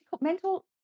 mental